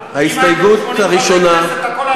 אם הייתם 80 חברי כנסת, הכול היה נראה אחרת.